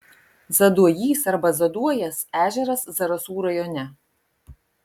zaduojys arba zaduojas ežeras zarasų rajone